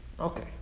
Okay